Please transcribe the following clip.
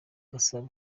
gasabo